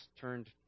turned